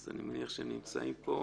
אז אני מניח שהם נמצאים פה.